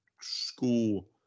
school